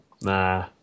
Nah